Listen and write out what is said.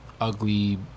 ugly